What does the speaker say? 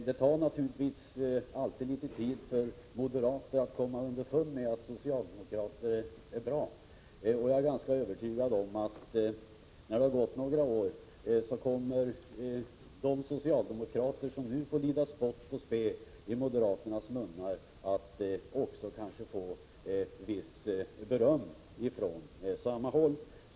Det tar naturligtvis litet tid för moderater att komma underfund med att socialdemokrater är bra, och jag är ganska övertygad om att när det har gått några år kommer de socialdemokrater som nu får lida spott och spe att få beröm också från moderat håll.